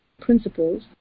principles